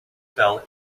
fell